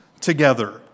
together